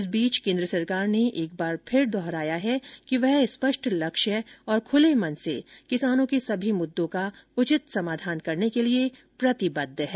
इस बीच सरकार ने एक बार फिर दोहराया है कि वह स्पष्ट लक्ष्य और खुले मन से किसानों के सभी मुद्दों का उचित समाधान करने के लिए प्रतिबद्ध है